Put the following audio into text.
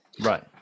Right